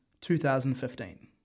2015